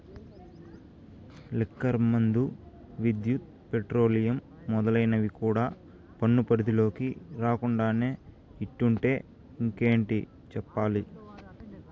liquor మందు, విద్యుత్, petroleum మొదలైనవి కూడా పన్ను పరిధిలోకి రాకుండానే ఇట్టుంటే ఇంకేటి చెప్పాలి